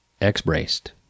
X-Braced